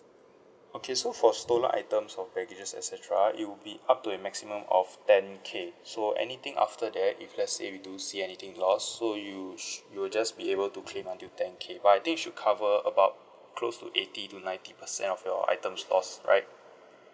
okay so for stolen items or baggages et cetera it will be up to a maximum of ten K so anything after that if let's say we do see anything lost so you should you will just be able to claim until ten K but I think should cover about close to eighty to ninety percent of your items lost right